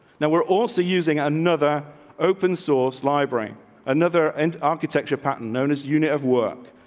now we're also using another open source, library another and architecture pattern known as unit of work.